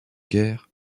guerres